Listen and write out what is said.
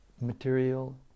material